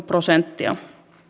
prosenttia